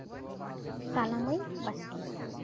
ᱛᱟᱞᱟᱢᱟᱹᱭ ᱵᱟᱥᱠᱮ